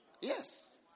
Yes